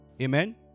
Amen